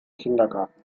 kindergarten